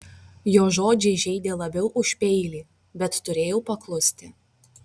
jo žodžiai žeidė labiau už peilį bet turėjau paklusti